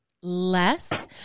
less